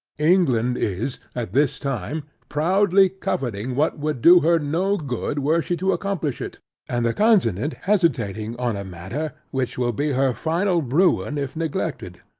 england is, at this time, proudly coveting what would do her no good, were she to accomplish it and the continent hesitating on a matter, which will be her final ruin if neglected.